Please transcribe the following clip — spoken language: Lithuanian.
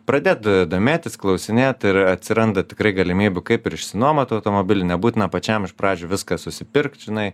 pradėt domėtis klausinėt ir atsiranda tikrai galimybių kaip ir išsinuomot automobilį nebūtina pačiam iš pradžių viską susipirkt žinai